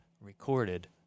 recorded